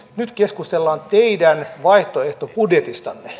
nyt keskustellaan teidän vaihtoehtobudjetistanne